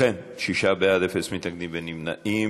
ובכן, שישה בעד, אין מתנגדים ואין נמנעים.